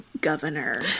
governor